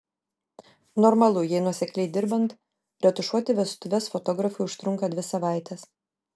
normalu jei nuosekliai dirbant retušuoti vestuves fotografui užtrunka dvi savaites